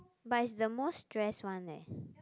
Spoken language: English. but it's the most stress one eh